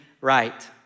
right